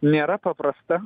nėra paprasta